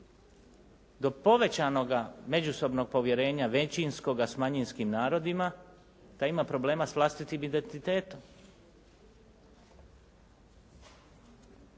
do povećanoga međusobnog povjerenja većinskoga s manjinskim narodima taj ima problema s vlastitim identitetom.